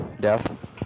death